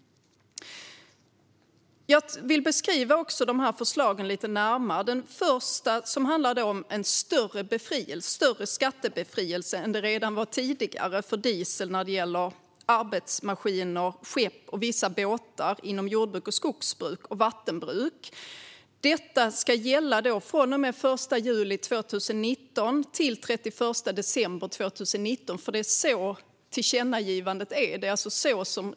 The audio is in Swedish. Jag vill beskriva förslagen lite närmare. Det första handlar om en större skattebefrielse än den som redan fanns för diesel till arbetsmaskiner, skepp och vissa båtar inom jordbruk, skogsbruk och vattenbruk. Detta ska gälla från och med den 1 juli 2019 till den 31 december 2019. Så är det enligt tillkännagivandet.